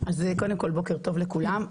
קודם כל בוקר טוב לכולם.